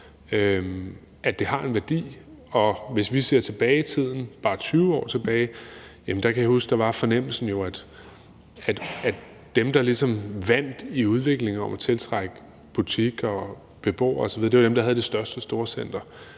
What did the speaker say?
at det har en værdi. Hvis vi går tilbage i tiden, bare 20 år tilbage, kan jeg huske, at der var fornemmelsen jo, at dem, der ligesom vandt i udviklingen om at tiltrække butikker og beboere osv., var dem, der havde det største storcenter,